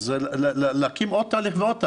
זה להקים עוד תהליך ועוד תהליך.